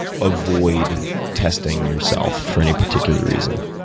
avoid testing yourself, for any particular reason?